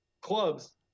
clubs